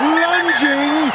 lunging